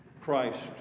Christ